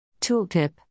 Tooltip